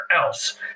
else